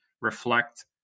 reflect